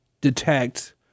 detect